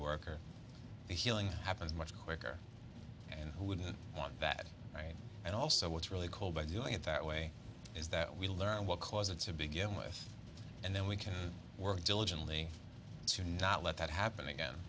the healing happens much quicker and who wouldn't want that right and also what's really cool by doing it that way is that we learn what cause it's to begin with and then we can work diligently to not let that happen again